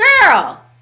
girl